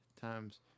times